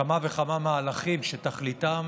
כמה וכמה מהלכים שתכליתם